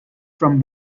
from